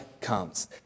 comes